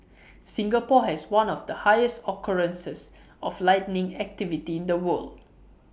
Singapore has one of the highest occurrences of lightning activity in the world